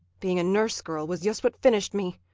being a nurse girl was yust what finished me.